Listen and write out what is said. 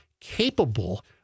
capable